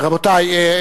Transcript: רבותי,